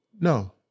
no